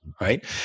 right